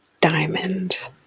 Diamond